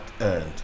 earned